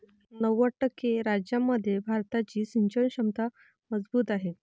नव्वद टक्के राज्यांमध्ये भारताची सिंचन क्षमता मजबूत आहे